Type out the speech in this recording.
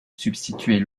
substituer